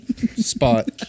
Spot